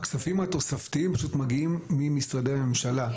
הכספים התוספתיים פשוט מגיעים ממשרדי הממשלה.